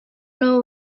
know